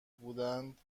بودند